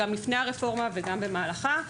גם לפני הרפורמה וגם במהלכה.